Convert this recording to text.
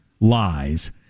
lies